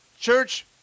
church